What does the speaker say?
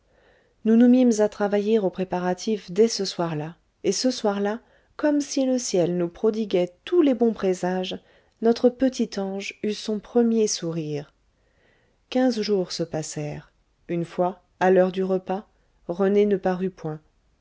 nous nous mîmes à travailler aux préparatifs dès ce soir-là et ce soir-là comme si le ciel nous prodiguait tous les bons présages notre petit ange eut son premier sourire quinze jours se passèrent une fois à l'heure du repas rené ne parut point